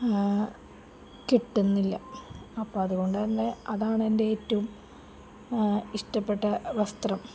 കിട്ടുന്നില്ല അപ്പോള് അതുകൊണ്ട് തന്നെ അതാണ് എൻ്റെ ഏറ്റവും ഇഷ്ടപ്പെട്ട വസ്ത്രം